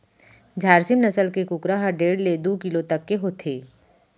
झारसीम नसल के कुकरा ह डेढ़ ले दू किलो तक के होथे